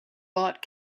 bought